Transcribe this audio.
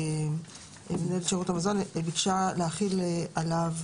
ביקשה מנהלת שירות המזון להחיל על מזון